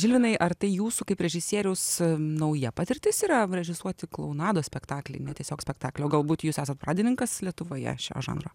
žilinai ar tai jūsų kaip režisieriaus nauja patirtis yra režisuoti klounados spektaklį tiesiog spektaklį o galbūt jūs esat pradininkas lietuvoje šio žanro